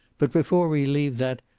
but, before we leave that,